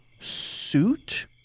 suit